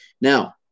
Now